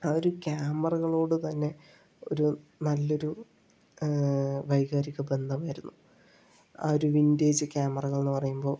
ആ ഒരു ക്യാമറകളോട് തന്നെ ഒരു നല്ലൊരു വൈകാരിക ബന്ധം ആയിരുന്നു ആ ഒരു വിൻഡേജ് ക്യാമറകൾ എന്ന് പറയുമ്പോൾ